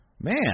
Man